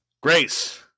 Grace